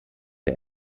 der